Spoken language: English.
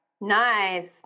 Nice